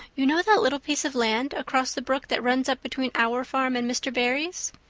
you know that little piece of land across the brook that runs up between our farm and mr. barry's.